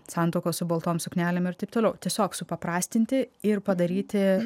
santuokos su baltom suknelėm ir taip toliau tiesiog supaprastinti ir padaryti